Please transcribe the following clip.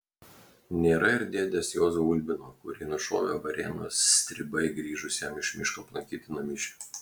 nėra ir dėdės juozo ulbino kurį nušovė varėnos stribai grįžus jam iš miško aplankyti namiškių